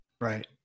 right